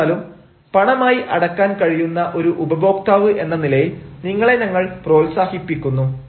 എന്നിരുന്നാലും പണമായി അടക്കാൻ കഴിയുന്ന ഒരു ഉപഭോക്താവ് എന്ന നിലയിൽ നിങ്ങളെ ഞങ്ങൾ പ്രോത്സാഹിപ്പിക്കുന്നു